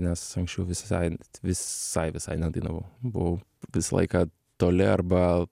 nes anksčiau visai visai visai nedainavau buvau visą laiką toli arba